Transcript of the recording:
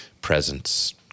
presence